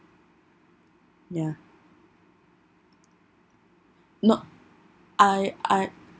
ya not I I